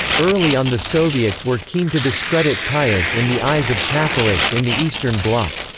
early on the soviets were keen to discredit pius in the eyes of catholics in the eastern bloc.